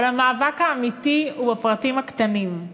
אבל המאבק האמיתי הוא בפרטים הקטנים.